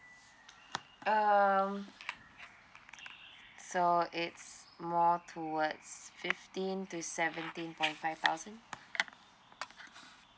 um so it's more towards fifteen to seventeen point five thousand